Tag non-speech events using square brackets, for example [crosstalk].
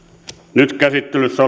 nyt käsittelyssä [unintelligible]